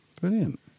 brilliant